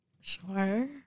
Sure